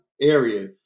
area